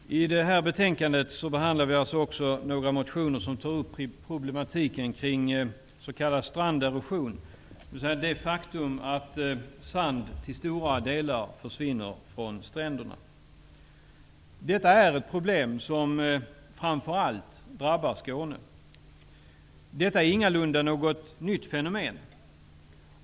Herr talman! I det här betänkandet behandlas några motioner som tar upp problematiken kring s.k. stranderosion, dvs. det faktum att sand till stora delar försvinner från stränderna. Detta är ett problem som framför allt drabbar Skåne. Det är ingalunda något nytt fenomen.